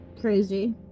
crazy